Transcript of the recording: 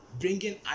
bringing